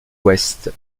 ouest